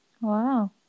Wow